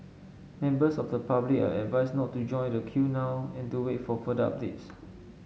members of the public are advised not to join the queue now and to wait for further updates